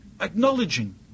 acknowledging